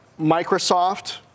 Microsoft